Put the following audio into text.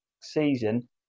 season